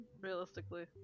Realistically